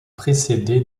précédée